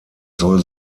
soll